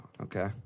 okay